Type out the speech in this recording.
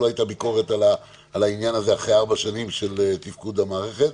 לא הייתה ביקורת על העניין הזה אחרי ארבע שנים של תפקוד המערכת.